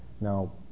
Now